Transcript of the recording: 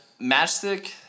matchstick